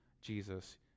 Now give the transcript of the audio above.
Jesus